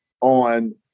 on